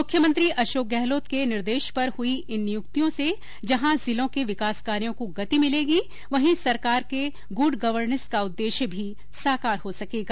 मुख्यमंत्री अशोक गहलोत के निर्देश पर हई इन नियुक्तियों से जहां जिलो के विकास कार्यो को गति मिलेगी वहीं सरकार के गुड गवर्नेस का उददेश्य भी साकार हो सकेगा